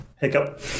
Hiccup